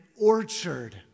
orchard